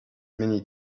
many